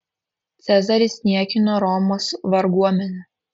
cezaris niekino romos varguomenę